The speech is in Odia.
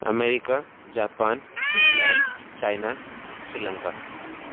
America Japan England China Sri Lanka